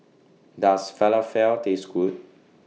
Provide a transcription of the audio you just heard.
Does Falafel Taste Good